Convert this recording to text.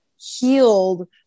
healed